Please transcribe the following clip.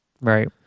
right